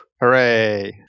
Hooray